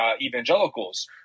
evangelicals